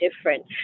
different